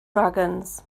dragons